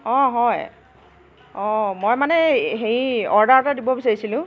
অঁ হয় অঁ মই মানে হেৰি অৰ্ডাৰ এটা দিব বিচাৰিছিলোঁ